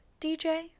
dj